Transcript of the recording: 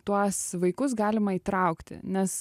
tuos vaikus galima įtraukti nes